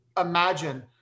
imagine